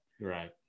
Right